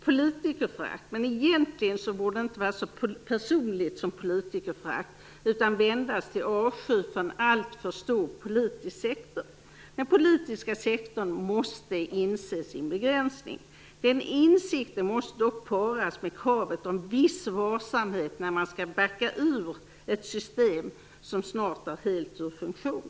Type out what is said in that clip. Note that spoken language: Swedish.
Politikerförakt, men egentligen borde det inte vara så personligt som politikerförakt är, utan vändas till avsky för en allt för stor politisk sektor. Den politiska sektorn måste inse sin begränsning. Den insikten måste dock paras med kravet på viss varsamhet när man skall backa ur ett system som snart är helt ur funktion.